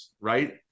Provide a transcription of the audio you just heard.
right